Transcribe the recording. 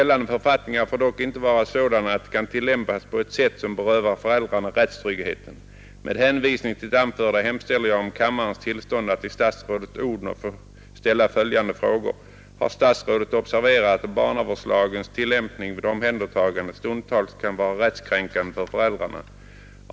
Gällande författningar får dock inte vara sådana att de kan tillämpas på ett sätt som berövar föräldrarna rättstryggheten. Med hänvisning till det anförda hemställer jag om kammarens tillstånd att till statsrådet fru Odhnoff få ställa följande frågor: 1. Har statsrådet observerat att barnavårdslagens tillämpning vid omhändertagande stundtals kan vara rättskränkande för föräldrarna? 2.